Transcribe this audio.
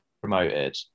promoted